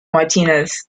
martinez